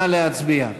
נא להצביע.